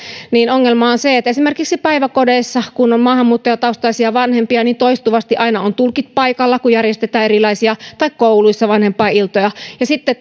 ongelma on se että esimerkiksi päiväkodeissa tai kouluissa kun on maahanmuuttajataustaisia vanhempia niin toistuvasti aina on tulkit paikalla kun järjestetään erilaisia vanhempainiltoja ja sitten